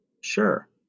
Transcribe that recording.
Sure